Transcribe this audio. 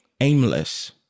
aimless